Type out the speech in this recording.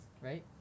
right